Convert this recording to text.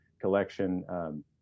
collection